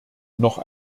noch